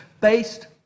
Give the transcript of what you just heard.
based